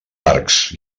arcs